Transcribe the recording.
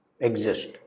exist